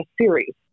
series